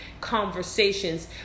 conversations